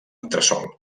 entresòl